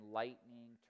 lightning